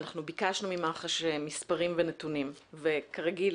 אנחנו ביקשנו ממח"ש מספרים ונתונים וכרגיל